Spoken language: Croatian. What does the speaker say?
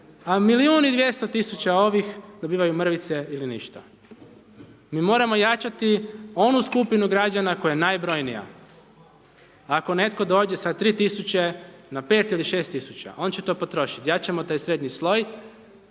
a milijun i 200 tisuća ovih dobivaju mrvice ili ništa. Mi moramo jačati onu skupinu građana koja je najbrojnija. Ako netko dođe sa 3 tisuće na 5 ili 6 tisuća, on će to potrošiti, jačamo taj srednji sloj